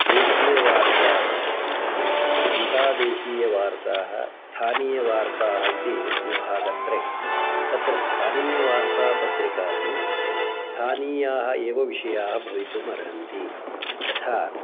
देशीयवार्ताः अन्तादेशीयवार्ताः स्थानीयवार्ताः इति विभागत्रयि तत्र स्थानीयवार्ता पत्रिकासु स्थानीयाः एव विषयाः भवितुम् अर्हन्ति यथा